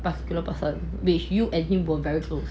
this particular person which you and him were very close